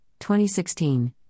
2016